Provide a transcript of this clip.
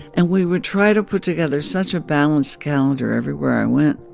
and we would try to put together such a balanced calendar everywhere i went.